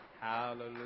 Hallelujah